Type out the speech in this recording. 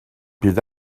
bydd